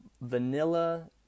vanilla